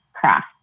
craft